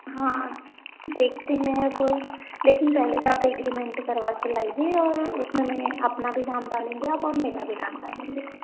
हाँ देखते हैं अब लेकिन पहले तो आप एग्रीमेंट करवा के लाइए और उसमें आप अपना भी नाम डालेंगे और आप मेरा भी नाम डालेंगे